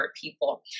people